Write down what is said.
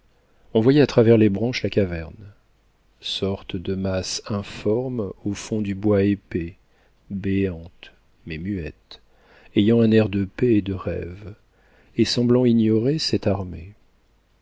on voyait à travers les branches la caverne sorte de masse informe au fond du bois épais béante mais muette ayant un air de paix et de rêve et semblant ignorer cette armée